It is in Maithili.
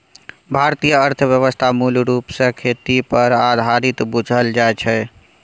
भारतीय अर्थव्यवस्था मूल रूप सँ खेती पर आधारित बुझल जाइ छै